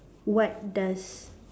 what does